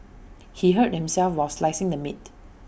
he hurt himself while slicing the meat